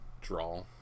Draw